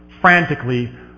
frantically